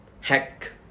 hack